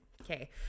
Okay